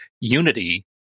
unity